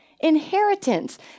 Inheritance